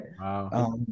Wow